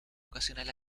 ocasionar